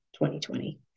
2020